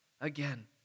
again